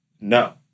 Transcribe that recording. no